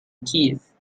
kids